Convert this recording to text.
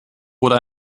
wurde